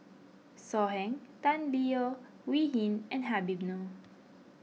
So Heng Tan Leo Wee Hin and Habib Noh